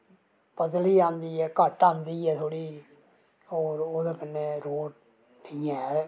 पतली आंदी ऐ घट्ट ऐंदी ऐ थोह्ड़ी और ओह्दै कन्नै रोड़ नि ऐ